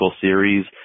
series